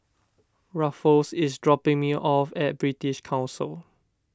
Rufus is dropping me off at British Council